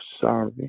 sorry